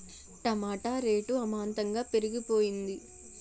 టమాట rate అమాంతంగా పెరిగిపోయింది